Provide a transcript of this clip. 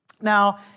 Now